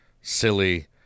silly